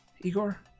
Igor